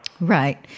Right